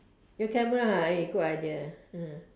your camera ah eh good idea